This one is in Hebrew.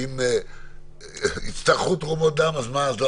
ואם יצטרכו תרומות דם, אז מה?